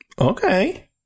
Okay